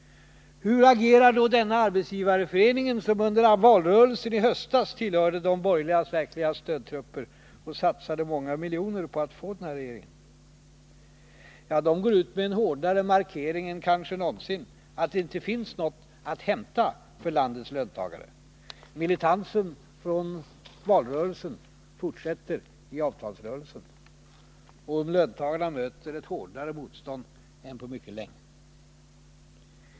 Hur agerar då denna arbetsgivareförening, som i valrörelsen i höstas tillhörde de borgerligas verkliga stödtrupper och satsade många miljoner på att få denna regering? Den går ut med en hårdare markering än kanske någonsin att det inte finns någonting att hämta för landets löntagare. Militansen från valrörelsen fortsätter i avtalsrörelsen. Löntagarna möter ett hårdare motstånd än på mycket länge.